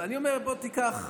16:00. בוא תיקח,